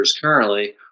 currently